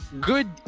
good